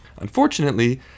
Unfortunately